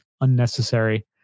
unnecessary